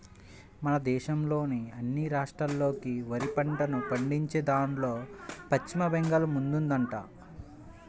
మన దేశంలోని అన్ని రాష్ట్రాల్లోకి వరి పంటను పండించేదాన్లో పశ్చిమ బెంగాల్ ముందుందంట